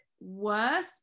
worse